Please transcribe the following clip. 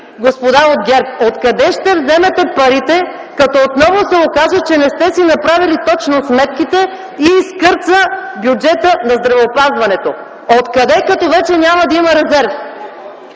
господа от ГЕРБ, откъде ще вземете парите, когато отново се окаже, че не сте си направили точно сметките и бюджетът на здравеопазването скърца – откъде, като вече няма да има резерв?